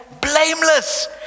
blameless